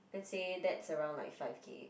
let's say that's around like five-K